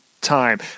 time